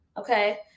Okay